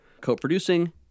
co-producing